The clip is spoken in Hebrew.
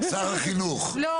שר החינוך, בבקשה.